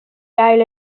gael